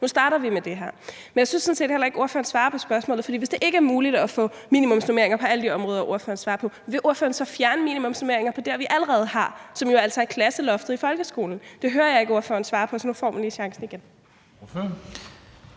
Nu starter vi med det her. Men jeg synes sådan set heller ikke, at ordføreren svarer på spørgsmålet. For hvis det ikke er muligt at få minimumsnormeringer på alle de områder, ordføreren snakker om, vil ordføreren så fjerne minimumsnormeringer der, hvor vi allerede har dem, og som jo altså er klasseloftet i folkeskolen? Det hører jeg ikke ordføreren svare på, så nu får hun lige chancen igen.